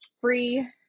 free